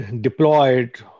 deployed